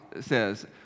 says